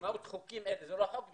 משמעות חוקית אין, זה לא חוק בכלל.